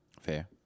Fair